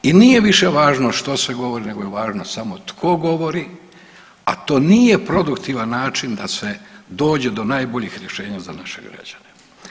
I nije više važno što se govori, nego je važno samo tko govori, a to nije produktivan način da se dođe do najboljih rješenja za naše građane.